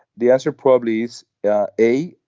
the answer probably is yeah a.